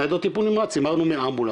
ניידות טיפול נמרץ המרנו מאמבולנס,